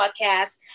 podcast